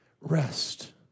rest